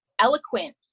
eloquent